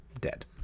dead